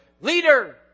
leader